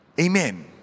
Amen